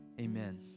amen